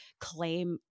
claim